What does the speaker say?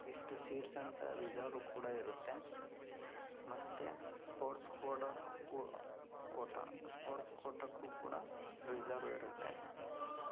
ಎಷ್ಟು ಸೀಟ್ಸ್ ಅಂತ ರಿಸರ್ವ್ ಕೂಡ ಇರತ್ತೆ ಮತ್ತು ಸ್ಪೋರ್ಟ್ಸ್ ಕೋಡಾ ಕೋಟ ಸ್ಪೋರ್ಟ್ಸ್ ಕೋಟಕ್ಕೂ ಕೂಡ ರಿಸರ್ವ್ ಇರುತ್ತೆ